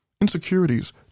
Insecurities